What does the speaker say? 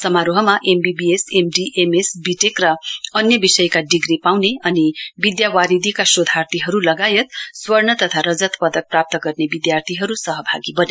समारोहमा M B B S M D M S B tech M tech र अन्य विषयका डिग्री पाउने अनि विद्यावारिधीका शोधार्थीहरू लगायत स्वर्ण तथा रजत पदक प्राप्त गर्ने विद्यार्थीहरू सहभागी बने